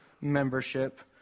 membership